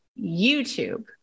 YouTube